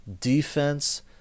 defense